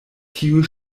tiu